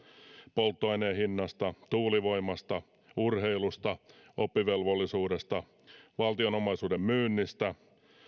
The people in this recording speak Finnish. polttoaineen hinnasta tuulivoimasta urheilusta oppivelvollisuudesta valtion omaisuuden myynnistä